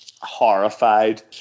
horrified